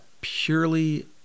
purely